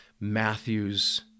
Matthew's